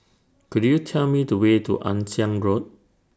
Could YOU Tell Me The Way to Ann Siang Road